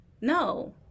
no